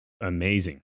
amazing